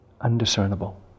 undiscernible